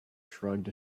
shrugged